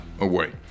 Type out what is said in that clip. away